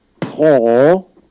Paul